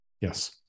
Yes